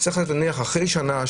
זה צריך להיות נניח אחרי שנה,